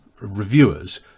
reviewers